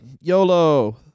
YOLO